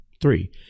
Three